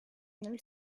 nel